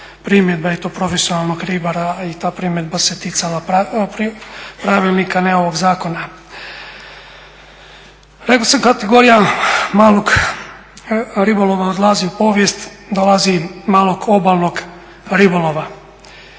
primjedba i to profesionalnog ribara i ta primjedba se ticala pravilnika a ne ovog zakona. Rekao sam kategorija malog ribolova odlazi u povijest dolazi malog obalnog ribolova.